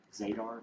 Zadar